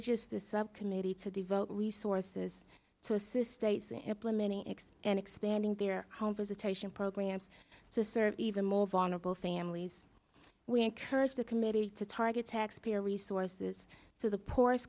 urges the subcommittee to devote resources to assist states in implementing acts and expanding their home visitation programs to serve even more vulnerable families we encourage the committee to target taxpayer resources to the poorest